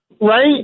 Right